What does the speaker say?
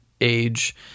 age